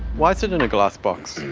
why is it in a glass box?